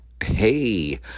Hey